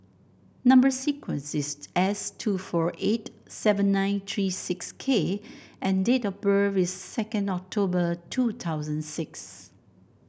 number sequence is S two four eight seven nine three six K and date of birth is second October two thousand six